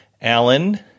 Alan